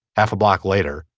half a block later.